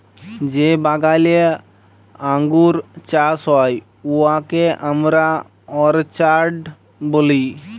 যে বাগালে আঙ্গুর চাষ হ্যয় উয়াকে আমরা অরচার্ড ব্যলি